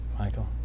Michael